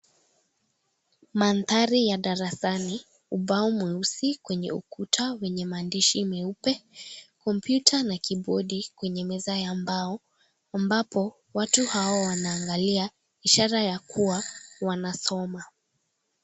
Mandhari ya darasani, ubao mweusi kwenye ukuta wenye maandishi meupe, kompyuta na kiibodi kwenye meza ya mbao, ambao watu wanaangalia ikiwa ishara ya kusoma .